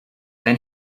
then